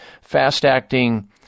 fast-acting